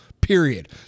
period